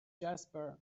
jasper